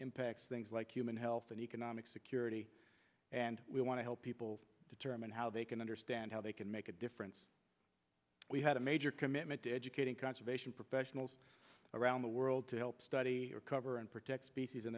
impacts things like human health and economic security and we want to help people determine how they can understand how they can make a difference we had a major commitment to educating conservation professionals around the world to help study recover and protect species in